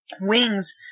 wings